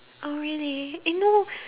oh really eh no